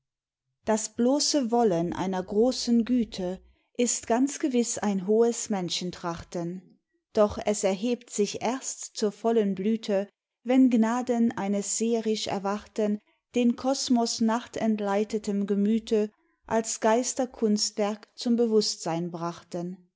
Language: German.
das bloße wollen einer großen güte ist ganz gewiß ein hohes menschentrachten doch es erhebt sich erst zur vollen blüte wenn gnaden eines seherisch erwachten den kosmos nachtentleitetem gemüte als geisterkunstwerk zum bewußtsein brachten